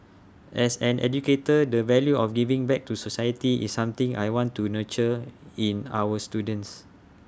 as an educator the value of giving back to society is something I want to nurture in our students